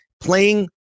playing